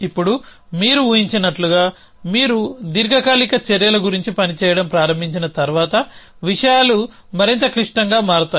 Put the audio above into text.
ఇప్పుడు మీరు ఊహించినట్లుగా మీరు దీర్ఘకాలిక చర్యల గురించి పని చేయడం ప్రారంభించిన తర్వాత విషయాలు మరింత క్లిష్టంగా మారతాయి